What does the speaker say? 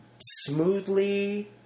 smoothly